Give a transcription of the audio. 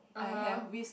(uh huh)